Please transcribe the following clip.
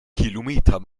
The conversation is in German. kilometer